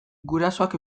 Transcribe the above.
gurasoak